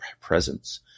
presence